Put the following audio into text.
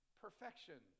perfection